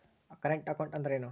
Current account ಅಂದರೇನು?